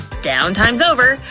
down time's over.